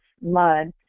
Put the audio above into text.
mud